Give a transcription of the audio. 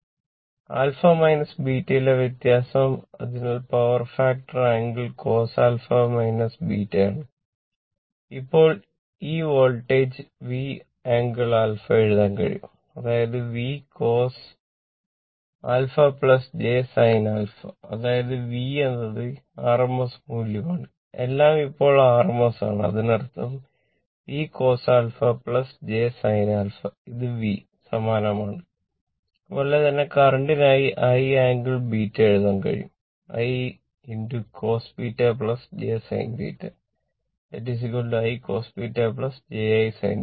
α β ലെ വ്യത്യാസം അതിനാൽ power factor I cos β j I sin β ഇതാണ് I ∟ β